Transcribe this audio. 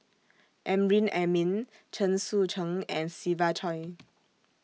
Amrin Amin Chen Sucheng and Siva Choy